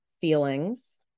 feelings